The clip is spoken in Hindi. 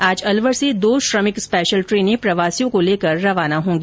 आज अलवर से दो श्रमिक स्पेशल ट्रेनें प्रवासियों को लेकर रवाना होगी